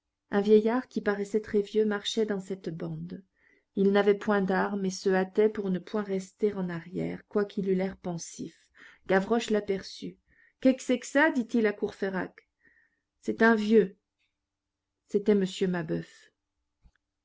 un vieillard qui paraissait très vieux marchait dans cette bande il n'avait point d'arme et se hâtait pour ne point rester en arrière quoiqu'il eût l'air pensif gavroche l'aperçut keksekça dit-il à courfeyrac c'est un vieux c'était m mabeuf